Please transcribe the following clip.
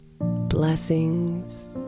Blessings